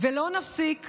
ויש בזה עוצמה.